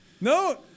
no